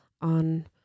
on